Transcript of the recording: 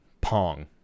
Pong